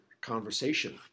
conversation